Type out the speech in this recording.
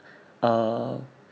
oh